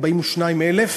42,000,